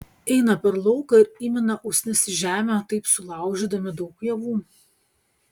eina per lauką ir įmina usnis į žemę taip sulaužydami daug javų